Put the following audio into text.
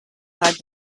had